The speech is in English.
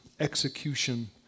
execution